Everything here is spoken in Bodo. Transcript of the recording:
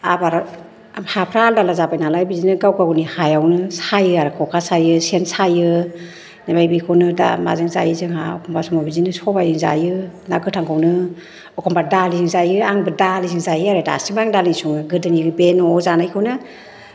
आबादा हाफ्रा आलादा आलादा जाबाय नालाय बिदिनो गाव गावनि हायावनो सायो आरो ख'खा सायो सेन सायो बेनिफ्राय बेखौनो दा माजों जायो जोंहा एखमबा समाव बिदिनो सबाइजों जायो ना गोथांखौनो एखमबा दालिजों जायो आंबो दालिजों जायो आरो दासिमबो आं दालिजों सङो गोदोनि बे न'आव जानायखौनो